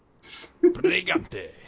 Pregante